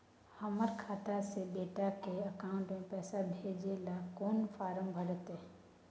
हमर खाता से बेटा के अकाउंट में पैसा भेजै ल कोन फारम भरै परतै?